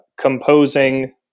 composing